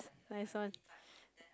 nice one